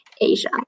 Asia